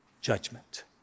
judgment